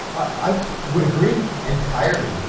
i would agree entirely.